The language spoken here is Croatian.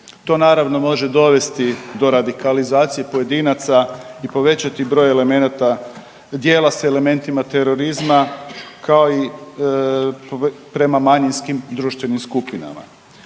To naravno može dovesti do radikalizacije pojedinaca i povećati broj elemenata, dijela s elementima terorizma kao i prema manjinskim društvenim skupinama.